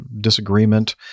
disagreement